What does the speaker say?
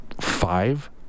five